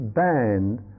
banned